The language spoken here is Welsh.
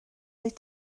wyt